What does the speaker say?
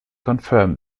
confirm